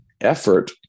effort